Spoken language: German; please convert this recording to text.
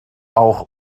auch